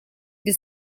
для